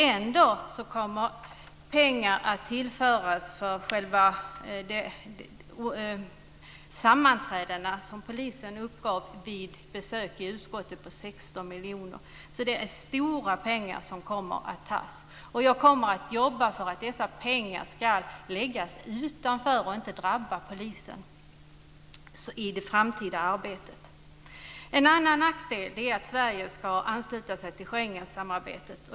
Ändå kommer pengar att tillföras för själva sammanträdena, som polisen uppgav vid sitt besök i utskottet, på 16 miljoner. Det är alltså stora pengar som kommer att tas. Jag kommer att jobba för att dessa pengar ska läggas utanför och inte drabba polisen i det framtida arbetet. En annan nackdel är att Sverige ska ansluta sig till Schengensamarbetet.